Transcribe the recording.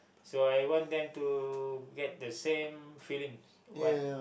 so I want them to get the same feeling what